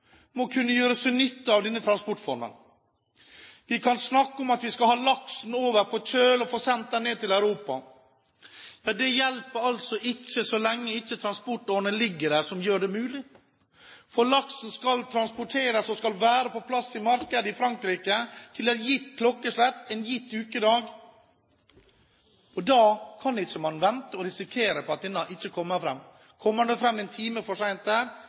må kunne gjøre seg nytte av denne transportformen. Vi kan snakke om at vi skal ha laksen over på kjøl og få sendt den ned til Europa. Men det hjelper ikke så lenge ikke transportårene som gjør det mulig, ligger der. For laksen skal transporteres og være på plass på markedet i Frankrike til et gitt klokkeslett en gitt ukedag, og da kan man ikke vente og risikere at den ikke kommer fram. Kommer det fram en time forsinket, så er løpet kjørt for